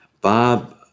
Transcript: Bob